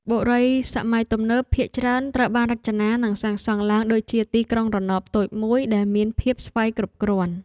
បុរីសម័យទំនើបភាគច្រើនត្រូវបានរចនានិងសាងសង់ឡើងដូចជាទីក្រុងរណបតូចមួយដែលមានភាពស្វ័យគ្រប់គ្រាន់។